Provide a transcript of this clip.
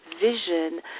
vision